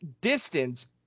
distance